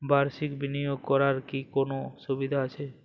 বাষির্ক বিনিয়োগ করার কি কোনো সুবিধা আছে?